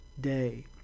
day